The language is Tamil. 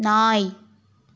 நாய்